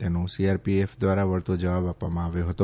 તેનો સીઆરપીએફ દ્વારા વળતો જવાબ આપવામાં આવ્યો ફતો